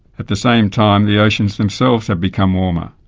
at the same time the oceans themselves have become warmer.